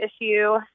issue